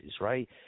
right